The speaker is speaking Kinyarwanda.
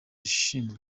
ushinzwe